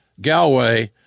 Galway